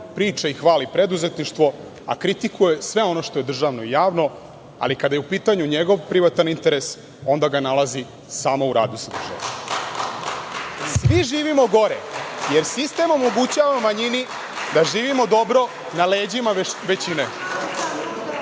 priča i hvali preduzetništvo, a kritikuje sve ono što je državno i javno, ali kada je u pitanju njegov privatni interes, onda ga nalazi samo u radu sa državom. Svi živimo gore, jer sistem omogućava manjini da žive dobro na leđima većine.